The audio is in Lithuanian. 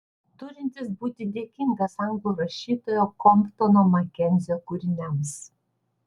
turintis būti dėkingas anglų rašytojo komptono makenzio kūriniams